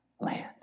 land